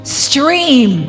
stream